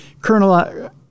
Colonel